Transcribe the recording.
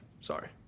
Sorry